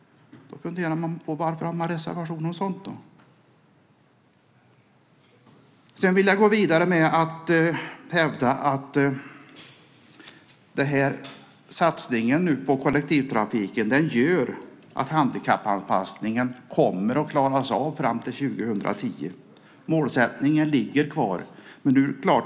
Då funderar man varför det finns reservationer om det. Jag vill vidare hävda att satsningen på kollektivtrafiken gör att handikappanpassningen kommer att klaras av fram till 2010. Målsättningen ligger kvar.